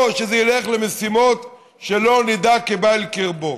או שזה ילך למשימות שלא נודע כי בא אל קרבן.